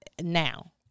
now